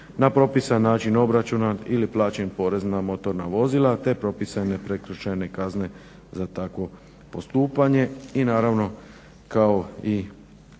na propisan način obračunan ili plaćen porez na motorna vozila te propisane prekršajne kazne za takvo postupanje, i naravno kao i